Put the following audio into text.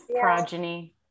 progeny